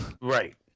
Right